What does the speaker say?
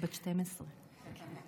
אני בת 12. גם אני.